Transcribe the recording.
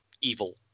evil